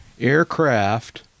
aircraft